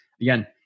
Again